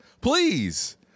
Please